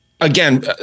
again